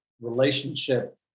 relationship